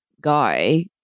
guy